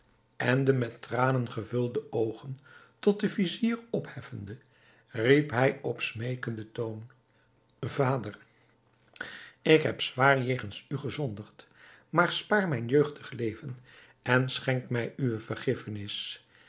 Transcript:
en de met tranen gevulde oogen tot den vizier opheffende riep hij op smeekenden toon vader ik heb zwaar jegens u gezondigd maar spaar mijn jeugdig leven en schenk mij uwe vergiffenis